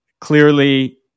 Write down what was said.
clearly